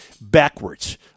backwards